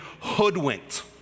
hoodwinked